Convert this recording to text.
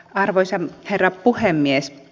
arvoisa herra puhemies